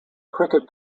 cricket